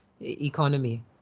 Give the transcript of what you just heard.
economy